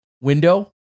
window